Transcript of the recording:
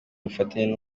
bufatanye